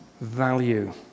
value